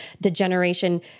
degeneration